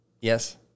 Yes